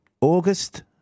August